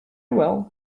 well